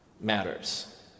matters